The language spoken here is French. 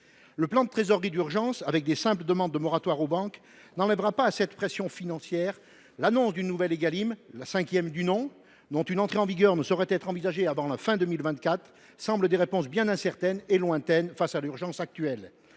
Le plan de trésorerie d’urgence, avec de simples demandes de moratoire aux banques, ne supprimera pas cette pression financière. L’annonce d’une nouvelle loi Égalim – la cinquième du nom !–, dont une entrée en vigueur ne saurait être envisagée avant la fin de 2024, semble une réponse bien incertaine et lointaine face à l’urgence actuelle.